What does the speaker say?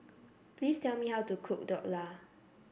please tell me how to cook Dhokla